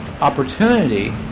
opportunity